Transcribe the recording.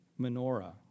menorah